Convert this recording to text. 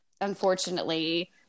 unfortunately